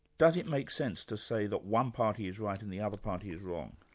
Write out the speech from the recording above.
does it make sense to say that one party is right and the other party is wrong?